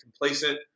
complacent